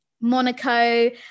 Monaco